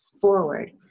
forward